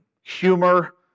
humor